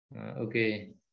Okay